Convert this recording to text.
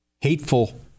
hateful